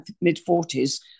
mid-40s